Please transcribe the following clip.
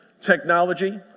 Technology